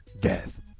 Death